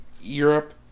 Europe